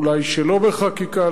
אולי שלא בחקיקה,